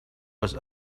was